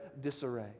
disarray